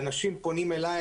אנשים פונים אלי,